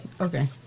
Okay